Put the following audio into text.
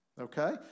okay